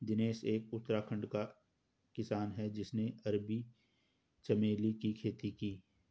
दिनेश एक उत्तराखंड का किसान है जिसने अरबी चमेली की खेती की